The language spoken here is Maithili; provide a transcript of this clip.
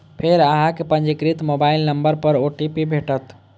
फेर अहां कें पंजीकृत मोबाइल नंबर पर ओ.टी.पी भेटत